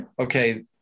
okay